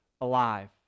alive